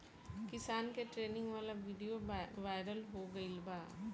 किसान के ट्रेनिंग वाला विडीओ वायरल हो गईल बा